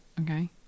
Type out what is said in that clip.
Okay